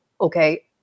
okay